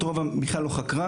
את הרוב בכלל לא חקרה,